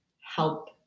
help